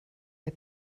wir